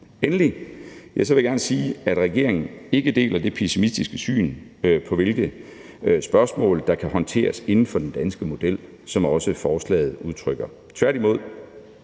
Endelig vil jeg gerne sige, at regeringen ikke deler det pessimistiske syn på, hvilke spørgsmål der kan håndteres inden for den danske model, som også forslaget udtrykker. Tværtimod